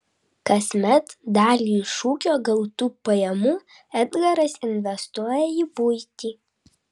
kasmet dalį iš ūkio gautų pajamų edgaras investuoja į buitį